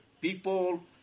people